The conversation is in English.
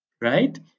right